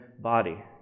body